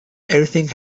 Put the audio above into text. everything